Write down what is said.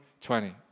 2020